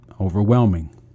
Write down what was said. overwhelming